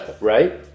Right